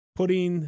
putting